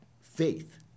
faith